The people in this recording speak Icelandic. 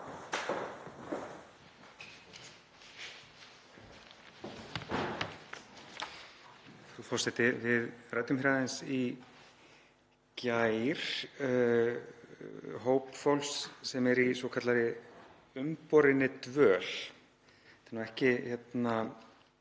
Frú forseti. Við ræddum hér aðeins í gær hóp fólks sem er í svokallaðri umborinni dvöl. Þetta er nú ekki hugtak